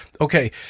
okay